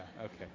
okay